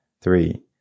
three